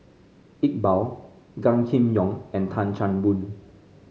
Iqbal Gan Kim Yong and Tan Chan Boon